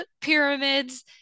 pyramids